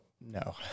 No